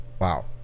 Wow